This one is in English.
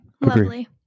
lovely